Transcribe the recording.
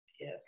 yes